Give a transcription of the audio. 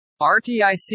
RTIC